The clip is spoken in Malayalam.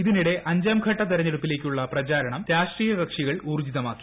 ഇതിനിടെ അഞ്ചാം ഘട്ട തിരഞ്ഞെടുപ്പിലേക്കുള്ള പ്രചാരണം രാഷ്ട്രീയ കക്ഷികൾ ഊർജ്ജിതമാക്കി